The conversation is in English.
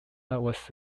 was